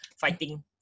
fighting